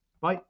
Bye